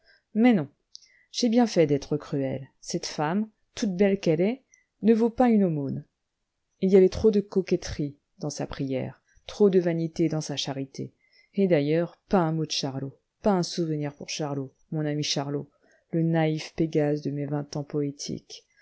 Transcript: mais non j'ai bien fait d'être cruel cette femme toute belle qu'elle est ne vaut pas une aumône il y avait trop de coquetterie dans sa prière trop de vanité dans sa charité et d'ailleurs pas un mot de charlot pas un souvenir pour charlot mon ami charlot le naïf pégase de mes vingt ans poétiques